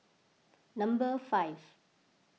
number five